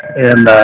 and, ah,